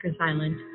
Island